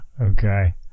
Okay